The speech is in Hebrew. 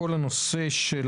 כל הנושא של